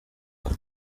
uku